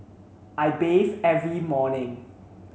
I bathe every morning